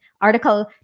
article